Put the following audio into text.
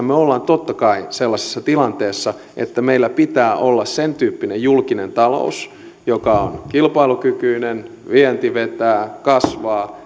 me olemme totta kai sellaisessa tilanteessa että meillä pitää olla sentyyppinen julkinen talous joka on kilpailukykyinen vienti vetää kasvaa